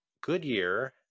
Goodyear